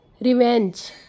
Revenge